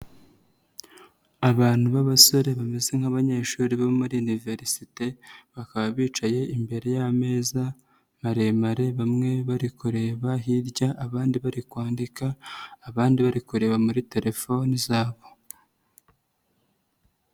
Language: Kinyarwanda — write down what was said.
Abantu b'abasore bameze nk'abanyeshuri bo muri iniverisite, bakaba bicaye imbere y'ameza maremare bamwe bari kureba hirya, abandi bari kwandika, abandi bari kureba muri telefoni zabo.